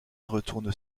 retourne